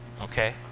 okay